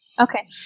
Okay